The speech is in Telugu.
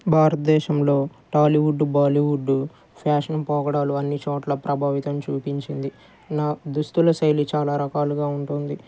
భారతదేశంలో టాలీవుడ్ బాలీవుడ్ ఫ్యాషన్ పోకడాలు అన్ని చోట్ల ప్రభావితం చూపించింది నా దుస్తుల శైలి చాలా రకాలుగా ఉంటుంది